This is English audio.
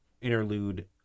interlude